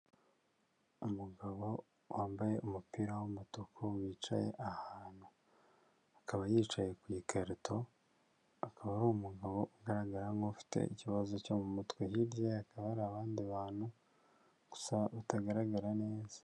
Umugabo wambaye umupira w'umutuku wicaye ahantu, akaba yicaye ku ikarato, akaba ari umugabo ugaragara nk'ufite ikibazo cyo mu mutwe, hirya ye hakaba hari abandi bantu, gusa utagaragara neza.